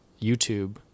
YouTube